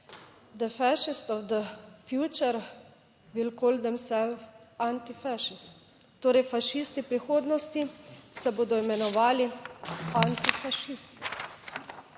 the fascist of the future will call themselves antifaschist - fašisti prihodnosti se bodo imenovali antifašisti.